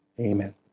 Amen